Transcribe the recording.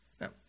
Now